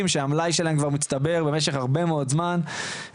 שהמלאי שלהם כבר מצטבר במשך הרבה מאוד זמן,